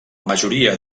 majoria